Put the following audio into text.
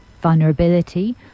vulnerability